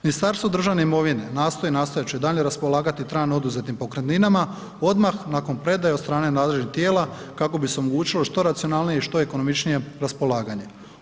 Ministarstvo državne imovine nastoji i nastojat će daljnje raspolagati trajno oduzetim pokretninama, odmah nakon predaje od strane nadležnih tijela kako bi se omogućilo što racionalnije i što ekonomičnije raspolaganje.